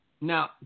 now